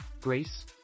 Grace